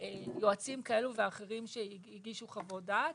יועצים כאלו ואחרים שהגישו חוות דעת,